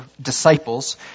disciples